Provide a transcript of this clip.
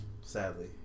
Sadly